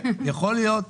יכול להיות.